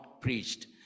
preached